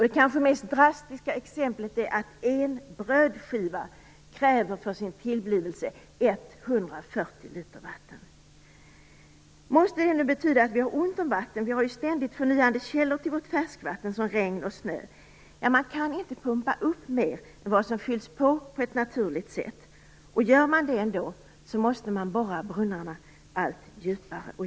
Det kanske mest drastiska exemplet är att en brödskiva för sin tillblivelse kräver 140 liter vatten. Måste det nu betyda att vi har ont om vatten? Vi har ju ständigt förnyande källor till vårt färskvatten, som regn och snö. Man kan inte pumpa upp mer än vad som fylls på på ett naturligt sätt. Gör man det ändå måste man borra brunnarna allt djupare.